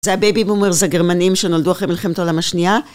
זה הבייבים ומרז הגרמנים שנולדו אחרי מלחמת העולם השנייה